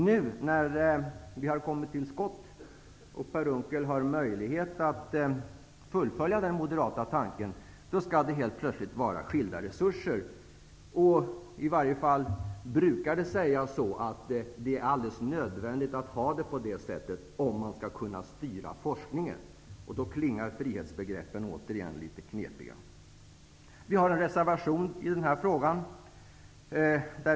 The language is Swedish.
Nu när vi har kommit till skott och Per Unckel har möjlighet att fullfölja den moderata tanken, skall det plötsligt vara skilda resurser. I varje fall brukar det heta att det är nödvändigt att ha det så om forskningen skall kunna styras. Återigen är det litet knepigt med de klingande frihetsbegreppen. Vi i Centerpartiet har en reservation i denna fråga.